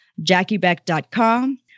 JackieBeck.com